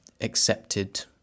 accepted